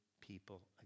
people